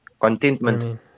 contentment